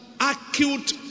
acute